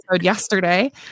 yesterday